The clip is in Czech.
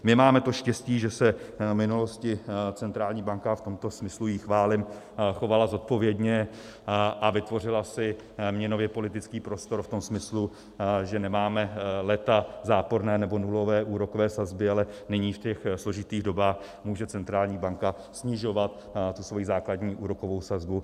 My máme to štěstí, že se v minulosti centrální banka v tomto smyslu ji chválím chovala zodpovědně a vytvořila si měnověpolitický prostor v tom smyslu, že nemáme léta záporné nebo nulové úrokové sazby, ale nyní v těch složitých dobách může centrální banka snižovat tu svoji základní úrokovou sazbu.